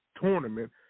tournament